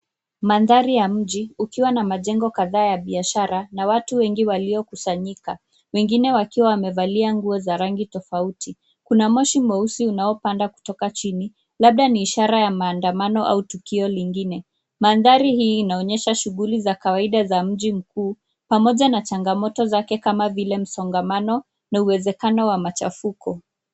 Mandhari ya mji ukiwa na majengo kadhaa ya biashara na watu wengi waliokusanyika, wengine wakiwa wamevalia nguo za rangi tofauti. Kuna moshi mweusi unaopanda kutoka chini labda ni ishara ya maandamano au tukio lingine. Mandhari hii inaonyesha shughuli za kawaida za mji mkuu pamoja na changamoto zake kama vile msongamano na uwezekano wa machafuko.